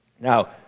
Now